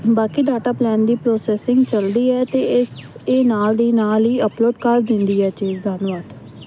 ਬਾਕੀ data plan ਦੀ processing ਚਲਦੀ ਹੈ ਅਤੇ ਇਸ ਇਹ ਨਾਲ ਦੀ ਨਾਲ ਹੀ ਅਪਲੋਡ ਕਰ ਦਿੰਦੀ ਹੈ ਜੀ ਧੰਨਵਾਦ